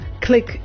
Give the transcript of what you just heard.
click